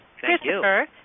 Christopher